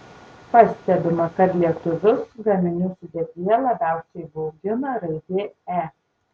pastebima kad lietuvius gaminių sudėtyje labiausiai baugina raidė e